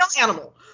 animal